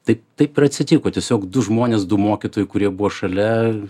tai taip ir atsitiko tiesiog du žmonės du mokytojai kurie buvo šalia